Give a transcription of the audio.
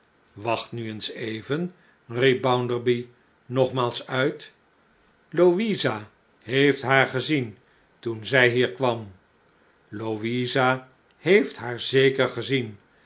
wacht nu eens even riep bounderby nogmaals uit louisa heeft haar gezien toen zij hier kwam louisa heeft haar zeker gezien